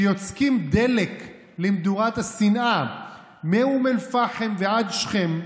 שיוצקים דלק למדורת השנאה מאום אל-פחם ועד שכם,